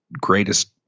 greatest